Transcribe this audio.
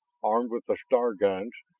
armed with the star guns,